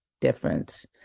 difference